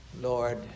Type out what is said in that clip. Lord